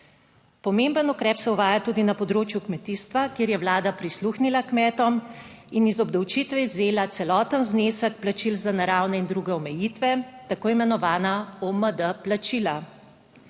Pomemben ukrep se uvaja tudi na področju kmetijstva, kjer je vlada prisluhnila kmetom in iz obdavčitve vzela celoten znesek plačil za naravne in druge omejitve, tako imenovana OMD plačila.